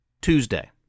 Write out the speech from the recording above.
Tuesday